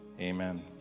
Amen